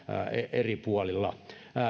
eri puolilla